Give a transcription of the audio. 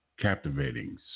captivating